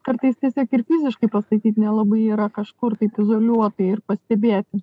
kartais ir fiziškai pasakyt nelabai yra kažkur taip izoliuotai ir pastebėti